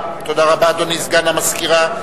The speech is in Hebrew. אדוני סגן המזכירה.